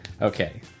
Okay